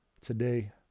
today